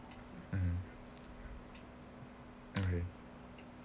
mm okay